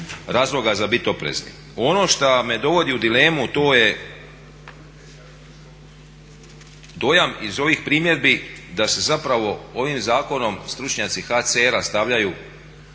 razloga za biti oprezni. Ono što me dovodi u dilemu to je dojam iz ovih primjedbi da se zapravo ovim zakonom stručnjaci HCR-a stavljaju